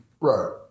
right